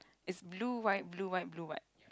is blue white blue white blue white